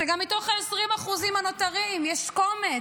שגם בתוך ה-20% הנותרים יש קומץ,